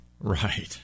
Right